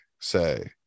say